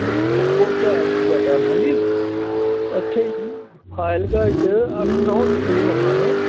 ਪੋਤਾ ਹੈ ਤੁਹਾਡਾ ਹਾਂਜੀ ਇੱਥੇ ਹੀ ਫਾਜ਼ਿਲਕਾ ਵਿੱਚ ਅੱਠ ਨੌ ਸਕੂਲ ਹਨ